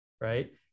Right